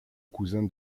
cousin